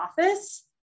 office